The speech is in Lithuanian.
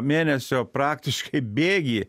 mėnesio praktiškai bėgy